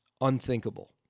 Unthinkable